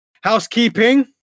Housekeeping